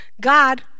God